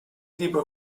tipo